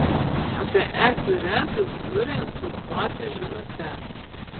apie egzų rezus turi informuoti žinute